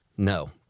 No